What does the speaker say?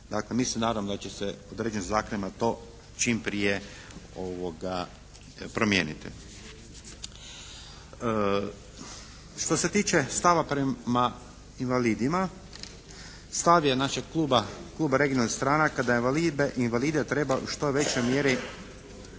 Dakle, mislim naravno da će se određenim zakonima to čim prije promijeniti. Što se tiče stava prema invalidima stav je našeg kluba, kluba regionalnih stranaka da invalide treba u što većoj mjeri